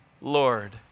Lord